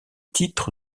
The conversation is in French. titres